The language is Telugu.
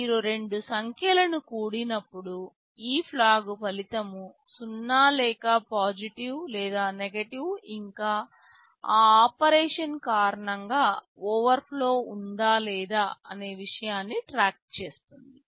మీరు రెండు సంఖ్యలను కూడినప్పుడు ఈ ఫ్లాగ్లు ఫలితం 0 లేక పాజిటివ్ లేదా నెగెటివ్ ఇంకా ఆ ఆపరేషన్ కారణంగా ఓవర్ఫ్లో ఉందా లేదా అనే విషయాన్ని ట్రాక్ చేస్తుంది